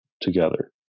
together